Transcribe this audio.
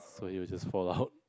for you it's just fall out